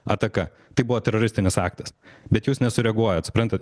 ataka tai buvo teroristinis aktas bet jūs nesureaguojat suprantat